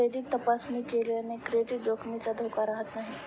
credit तपासणी केल्याने credit जोखमीचा धोका राहत नाही